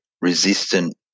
resistant